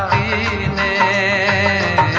a a